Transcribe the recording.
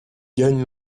gagne